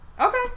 Okay